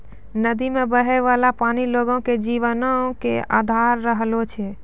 नदी मे बहै बाला पानी लोगो के जीवनो के अधार रहलो छै